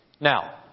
Now